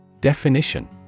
Definition